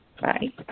Bye